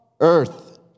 Earth